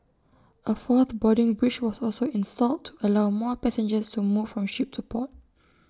A fourth boarding bridge was also installed to allow more passengers to move from ship to port